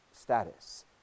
status